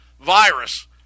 virus